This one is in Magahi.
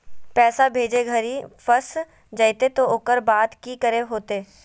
पैसा भेजे घरी फस जयते तो ओकर बाद की करे होते?